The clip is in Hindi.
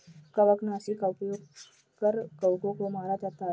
कवकनाशी का उपयोग कर कवकों को मारा जाता है